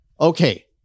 Okay